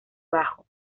bajo